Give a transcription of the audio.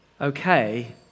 Okay